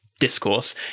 Discourse